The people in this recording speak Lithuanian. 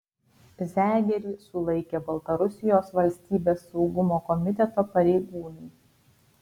zegerį sulaikė baltarusijos valstybės saugumo komiteto pareigūnai